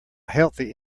healthy